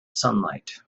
sunlight